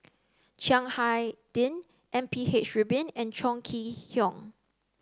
Chiang Hai Ding M P H Rubin and Chong Kee Hiong